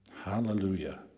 hallelujah